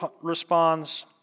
responds